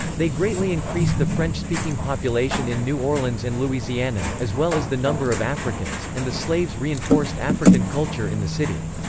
they greatly increased the french-speaking population in new orleans and louisiana, as well as the number of africans, and the slaves reinforced african culture in the city.